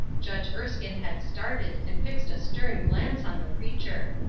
judge erskine had started and fixed a stern glance on the preacher.